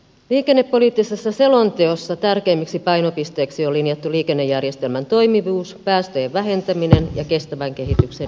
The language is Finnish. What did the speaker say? liikennepoliittisessa selonteossa tärkeimmiksi painopisteiksi on linjattu liikennejärjestelmän toimivuus päästöjen vähentäminen ja kestävän kehityksen edistäminen